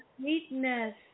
sweetness